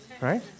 Right